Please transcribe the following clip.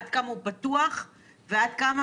עד כמה הוא פתוח ועד כמה